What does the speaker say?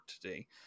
today